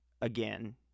again